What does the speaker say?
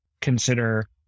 consider